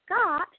Scott